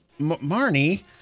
Marnie